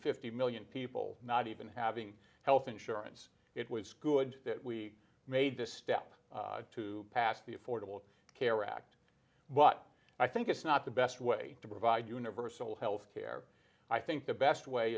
fifty million people not even having health insurance it was good that we made the step to pass the affordable care act but i think it's not the best way to provide universal health care i think the best way